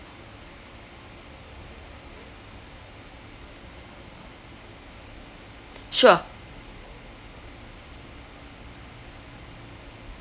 sure